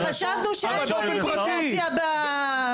לסתום פיות של --- אבל חשבנו שאין פוליטיזציה בזה,